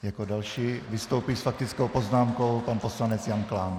Jako další vystoupí s faktickou poznámkou pan poslanec Jan Klán.